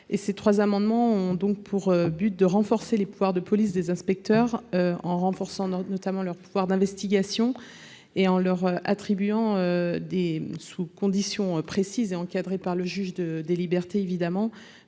Ces trois amendements ont donc pour objet de renforcer les pouvoirs de police des inspecteurs de l'environnement en accroissant notamment leurs pouvoirs d'investigation et en leur attribuant, sous des conditions précises et encadrées par le juge des libertés et